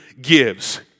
gives